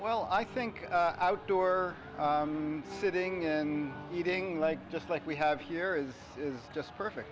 well i think outdoor sitting in eating like just like we have here is is just perfect